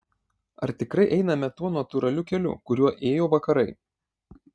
ar tikrai einame tuo natūraliu keliu kuriuo ėjo vakarai